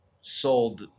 sold